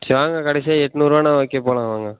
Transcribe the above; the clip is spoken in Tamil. சரி வாங்க கடைசியாக எண்நூறுவானா ஓகே போகலாம் வாங்க